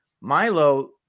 Milo